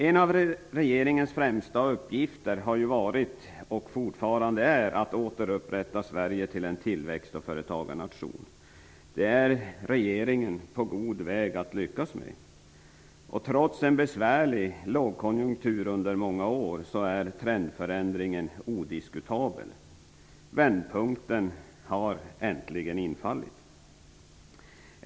En av regeringens främsta uppgifter har varit, och är fortfarande, att återupprätta Sverige som en tillväxt och företagarnation. Det är regeringen på god väg att lyckas med. Trots en besvärlig lågkonjunktur under många år är trendförändringen odiskutabel. Vändpunkten har äntligen infallit.